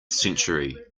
century